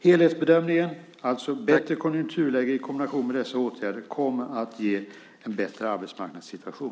Helhetsbedömningen blir alltså att ett bättre konjunkturläge i kombination med dessa åtgärder kommer att ge en bättre arbetsmarknadssituation.